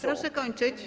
Proszę kończyć.